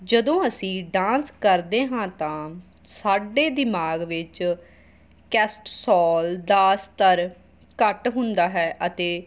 ਜਦੋਂ ਅਸੀਂ ਡਾਂਸ ਕਰਦੇ ਹਾਂ ਤਾਂ ਸਾਡੇ ਦਿਮਾਗ ਵਿਚ ਕੈਸਟਸੌਲ ਦਾ ਸਤਰ ਘੱਟ ਹੁੰਦਾ ਹੈ ਅਤੇ